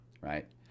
right